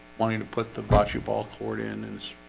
wanting to put the bocce ball court in and